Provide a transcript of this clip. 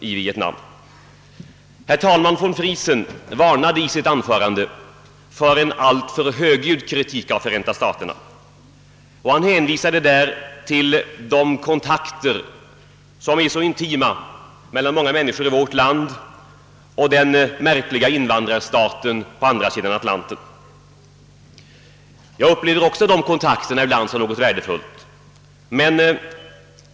Herr förste vice talmannen von Friesen varnade i sitt anförande för en alltför hög ljudd kritik av Förenta staterna och hänvisade till de kontakter som är så intima mellan många människor i vår land och den märkliga invandrarstaten på andra sidan Atlanten. Jag uppfattar också dessa kontakter som något värdefullt.